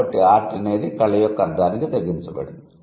కాబట్టి ఆర్ట్ అనేది కళ యొక్క అర్ధానికి తగ్గించబడింది